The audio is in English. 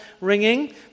ringing